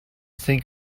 think